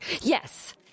Yes